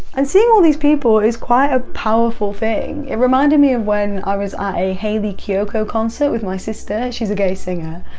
and seeing all these people is quite a powerful thing. it reminded me of when i was at a hayley kiyoko concert with my sister, she's a gay singer.